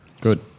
Good